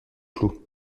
floue